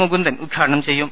മുകുന്ദൻ ഉദ്ഘാടനം ചെയ്യും